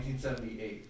1978